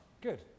Good